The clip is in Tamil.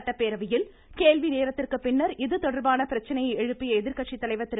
சட்டப்பேரவையில் கேள்விநேரத்திற்கு பின்னர் இதுதொடர்பான பிரச்சினையை எழுப்பிய எதிர்கட்சித்தலைவர் திரு